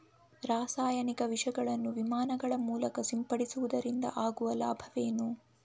ರಾಸಾಯನಿಕ ವಿಷಗಳನ್ನು ವಿಮಾನಗಳ ಮೂಲಕ ಸಿಂಪಡಿಸುವುದರಿಂದ ಆಗುವ ಲಾಭವೇನು?